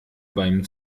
beim